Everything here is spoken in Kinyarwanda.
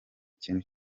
kintu